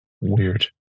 weird